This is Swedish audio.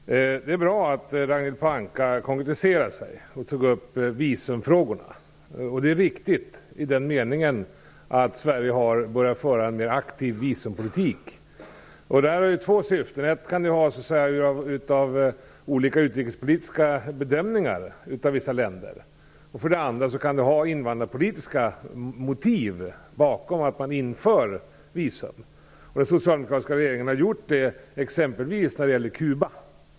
Herr talman! Det är bra att Ragnhild Pohanka konkretiserade sig och tog upp visumfrågorna. Det är viktigt med tanke på att Sverige har börjat föra en mer aktiv visumpolitik. Detta har två syften. Ett bygger på olika utrikespolitiska bedömningar av vissa länder. Det andra gäller att invandrarpolitiska motiv kan ligga bakom att man inför visum, såsom den socialdemokratiska regeringen har gjort exempelvis när det gäller Kuba.